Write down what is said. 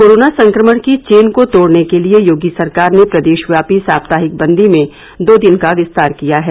corona संक्रमण की chain तोड़ने के लिये योगी सरकार ने प्रदेश व्यापी साप्ताहिक बंदी में दो दिन का विस्तार किया है